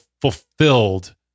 fulfilled